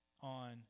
on